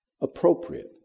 appropriate